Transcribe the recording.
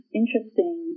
interesting